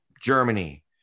Germany